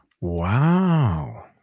wow